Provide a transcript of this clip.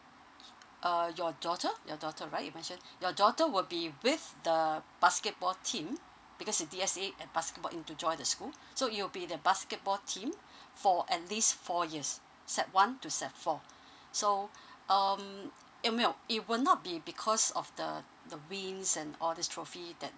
uh your daughter your daughter right you mentioned your daughter will be with the basketball team because in D_S_A at basketball in to join the school so it will be the basketball team for at least four years sec one to sec four so um eh mail it will not be because of the the wins and all this trophy that